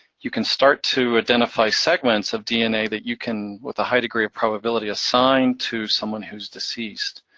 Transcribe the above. you can start to identify segments of dna that you can, with a high degree of probability, assign to someone who is deceased.